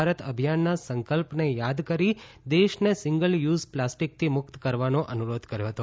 ભારત અભિયાનના સંકલ્પને યાદ કરી દેશને સિંગલ યુઝ પ્લાસ્ટિકથી મુક્ત કરવાનો અનુરોધ કર્યો હતો